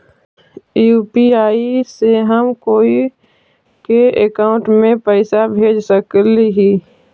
UPI से हम कोई के अकाउंट में पैसा भेज सकली ही?